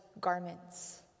garments